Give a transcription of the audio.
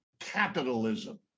capitalism